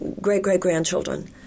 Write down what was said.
great-great-grandchildren